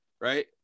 right